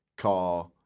Car